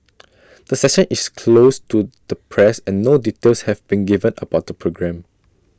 the session is closed to the press and no details have been given about the programme